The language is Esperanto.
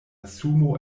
sumo